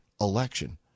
election